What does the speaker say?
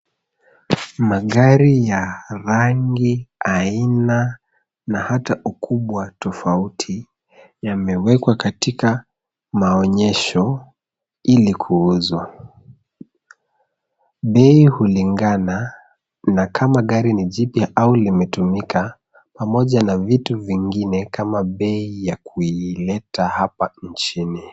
Magari ya rangi aina na hata ukubwa tofauti yamewekwa katika maonyesho ili kuuzwa. Bei hulingana na kama gari ni jipya au limetumika pamoja na vitu vingine kama bei ya kuileta hapa nchini.